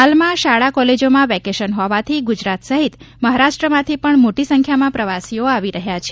હાલમાં શાળા કોલેજોમાં વેકેશન હોવાથી ગુજરાત સહિત મહારાષ્ટ્રમાંથી પણ મોટી સંખ્યામાં પ્રવાસીઓ આવી રહ્યાં છે